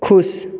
खुश